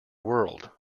world